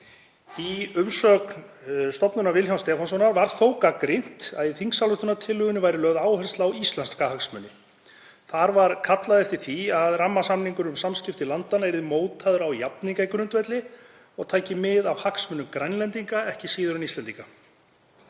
Í umsögn Stofnunar Vilhjálms Stefánssonar var þó gagnrýnt að í þingsályktunartillögunni væri lögð áhersla á íslenska hagsmuni. Þar var kallað eftir því að rammasamningurinn um samskipti landanna yrði mótaður á jafningjagrundvelli og tæki mið af hagsmunum Grænlendinga ekki síður en Íslendinga.